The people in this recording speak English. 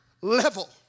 level